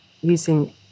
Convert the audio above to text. using